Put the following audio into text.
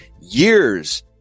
Years